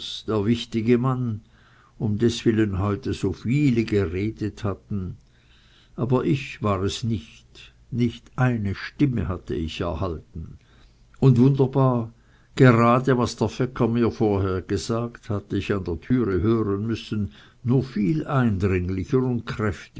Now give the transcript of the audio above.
der wichtige mann um deswillen heute so viele geredet hatten aber ich war es nicht nicht eine stimme hatte ich erhalten und wunderbar gerade was der fecker mir vorher gesagt hatte ich an der türe hören müssen nur viel eindringlicher